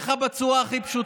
אז אני אומר לך בצורה הכי פשוטה: